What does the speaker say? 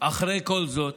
אחרי כל זאת,